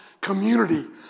community